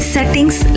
Settings